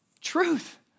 Truth